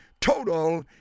total